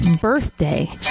birthday